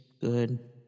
Good